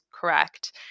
correct